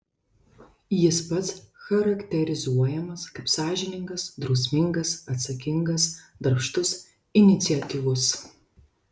jis pats charakterizuojamas kaip sąžiningas drausmingas atsakingas darbštus iniciatyvus